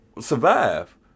survive